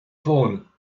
phone